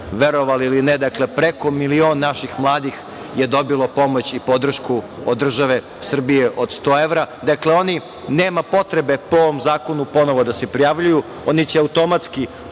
verovali ili ne, preko milion naših mladih je dobilo pomoć i podršku od države Srbije od 100 evra. Dakle, oni nema potrebe po ovom novom zakonu da se prijavljuju, oni će automatski